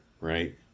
right